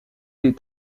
est